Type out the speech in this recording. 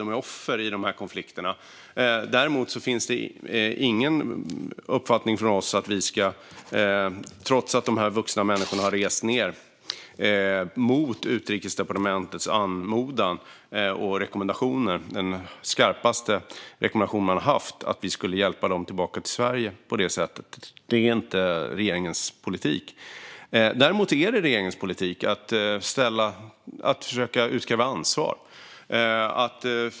De är offer i de här konflikterna. Däremot har vi ingen uppfattning om att vi ska hjälpa dessa vuxna människor, som har rest ned mot Utrikesdepartementets anmodan och rekommendationer - den skarpaste rekommendation man har haft - tillbaka till Sverige på det sättet. Det är inte regeringens politik. Däremot är det regeringens politik att försöka utkräva ansvar.